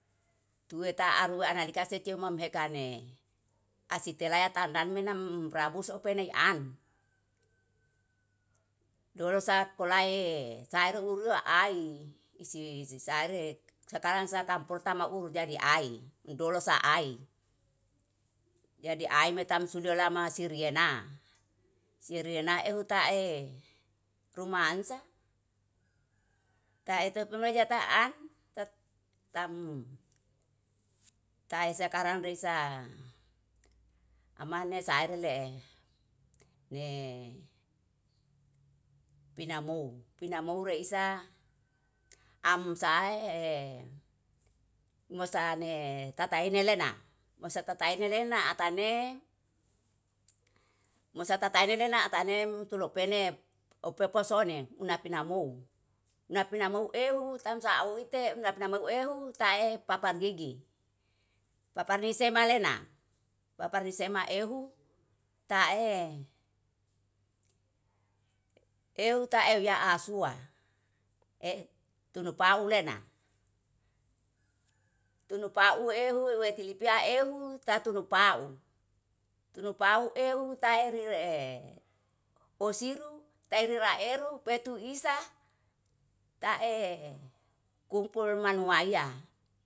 Tue taaru analika secuma mekane asitelaya tandan menam rapuso upene an. Dolo sa polae saeru ulua ai isi saire sakarang sakampol tama uru jadi ai, dolo sa ai jadi ai me tam suda lama siriena siriena ehu tae ruamansa tae tupemeja taan ta tam. Tae sakarang resa amane saerelee ne pinamou, pianmou reisa amsaae e mosane tataine lena mosa tataine lena atane mutulopene opopohsone unapinamu. Unapinamu ehu tamsa uhite unapinamu ehu tae papan gigi, papani semalena papare sema ehu tae ehu tae wea ahsua e tunu paulena tunu pau ehu wetilipia ehu tatunu paun. Tunu pau ehu taeri ree ohsiru taeri raeru petuisa tae kumpul manuaia.